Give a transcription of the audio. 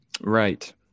Right